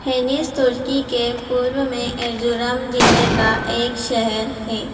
Hinis तुर्की के पूर्व में एर्ज़ुरम ज़िले का एक शहर है